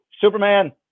Superman